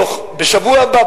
בשבוע הבא,